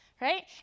right